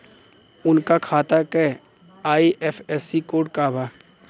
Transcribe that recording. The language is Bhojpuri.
उनका खाता का आई.एफ.एस.सी कोड का बा?